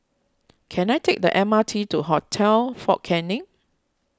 can I take the M R T to Hotel fort Canning